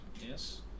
yes